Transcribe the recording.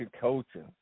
coaching